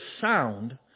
sound